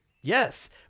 Yes